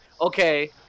okay